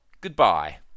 goodbye